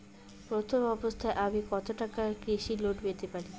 প্রথম অবস্থায় আমি কত টাকা কৃষি লোন পেতে পারি?